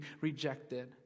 rejected